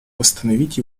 восстановить